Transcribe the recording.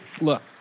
look